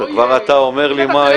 כבר אתה אומר לי מה יהיה?